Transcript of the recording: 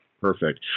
Perfect